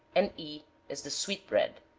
and e is the sweetbread.